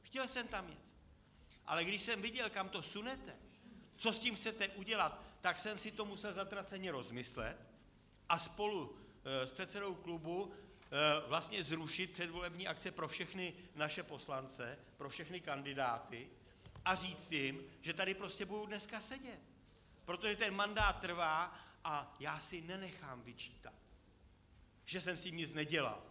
Chtěl jsem tam jet, ale když jsem viděl, kam to sunete, co s tím chcete udělat, tak jsem si to musel zatraceně rozmyslet a spolu s předsedou klubu vlastně zrušit předvolební akce pro všechny naše poslance, pro všechny kandidáty, a říci jim, že tady prostě budou dneska sedět, protože ten mandát trvá a já si nenechám vyčítat, že jsem s tím nic nedělal.